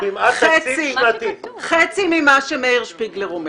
נניח שאנחנו מדברים על חצי ממה שמאיר שפיגלר אומר,